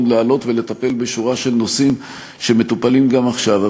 להעלות ולטפל בשורה של נושאים שמטופלים גם עכשיו,